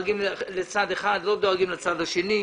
אנחנו דואגים לצד אחד ולא דואגים לצד השני.